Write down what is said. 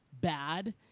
bad